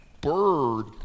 bird